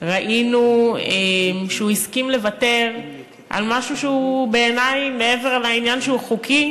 ראינו שהוא הסכים לוותר על משהו שהוא בעיני מעבר לעניין שהוא חוקי,